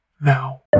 now